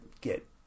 get